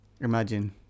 Imagine